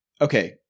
Okay